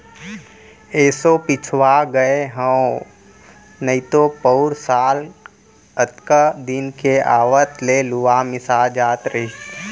एसो पिछवा गए हँव नइतो पउर साल अतका दिन के आवत ले लुवा मिसा जात रहिस